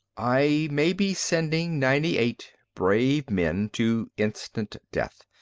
i may be sending ninety-eight brave men to instant death.